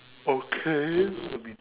okay